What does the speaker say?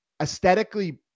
aesthetically